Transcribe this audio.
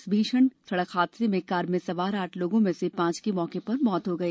इस भीषण सड़क हादसे में कार में सवार आठ लोगों में से पांच की मौके पर मृत्यु हो गई